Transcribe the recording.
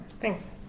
Thanks